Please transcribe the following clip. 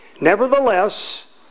Nevertheless